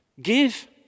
Give